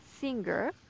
singer